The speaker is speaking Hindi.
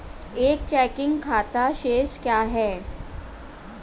एक चेकिंग खाता शेष क्या है?